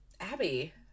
abby